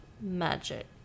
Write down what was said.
magic